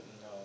no